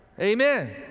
Amen